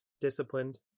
disciplined